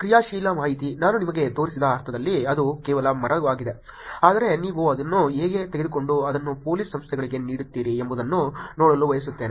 ಕ್ರಿಯಾಶೀಲ ಮಾಹಿತಿ ನಾನು ನಿಮಗೆ ತೋರಿಸಿದ ಅರ್ಥದಲ್ಲಿ ಅದು ಕೇವಲ ಮರವಾಗಿದೆ ಆದರೆ ನೀವು ಇದನ್ನು ಹೇಗೆ ತೆಗೆದುಕೊಂಡು ಅದನ್ನು ಪೊಲೀಸ್ ಸಂಸ್ಥೆಗಳಿಗೆ ನೀಡುತ್ತೀರಿ ಎಂಬುದನ್ನು ನೋಡಲು ಬಯಸುತ್ತೇನೆ